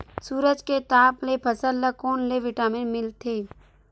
सूरज के ताप ले फसल ल कोन ले विटामिन मिल थे?